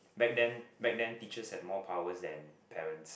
back then back then teachers had more powers than parents